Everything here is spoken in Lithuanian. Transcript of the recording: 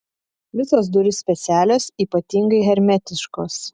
visos durys specialios ypatingai hermetiškos